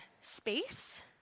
space